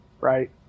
right